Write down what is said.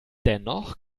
dennoch